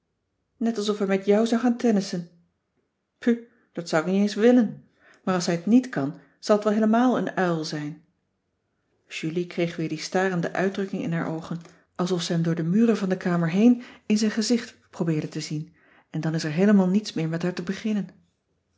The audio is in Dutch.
net alsof hij met jou zou gaan tennissen pu dat zou ik niet eens willen maar als hij t niet kan zal t wel heelemaal een uil zijn julie kreeg weer die starende uitdrukking in haar oogen alsof ze hem door de muren van de kamer heen in cissy van marxveldt de h b s tijd van joop ter heul zijn gezicht probeerde te zien en dan is er heelemaal niets meer met haar te beginnen